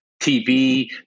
TV